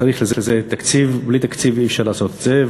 וצריך לזה תקציב, בלי תקציב אי-אפשר לעשות את זה.